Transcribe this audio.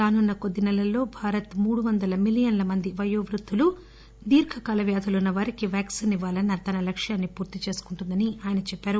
రానున్న కోద్ది సెలల్లో భారత్ మూడు వందల మిలియన్ల వయో వృద్దులు ఇతర సుదీర్ఘ కాల వ్యాధులు ఉన్నవారికి వ్యాక్సిన్ ఇవ్వాలన్న తన లక్యాన్ని పూర్తి చేసుకుంటుందని ఆయన చెప్పారు